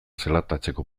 zelatatzeko